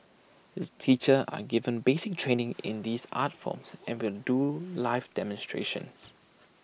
its teachers are given basic training in these art forms and will do live demonstrations